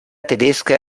tedesca